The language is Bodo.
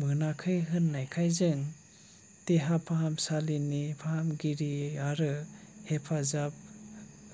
मोनाखै होनायखाय जों देहा फाहामसालिनि फाहामगिरि आरो हेफाजाब